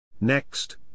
Next